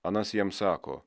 anas jam sako